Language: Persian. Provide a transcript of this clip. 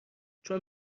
چون